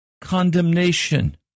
condemnation